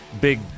big